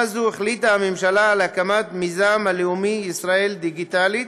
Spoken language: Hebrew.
זו החליטה הממשלה על הקמת המיזם הלאומי ישראל דיגיטלית,